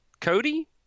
Cody